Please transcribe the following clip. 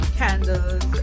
candles